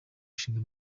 ishinga